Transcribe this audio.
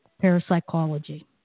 parapsychology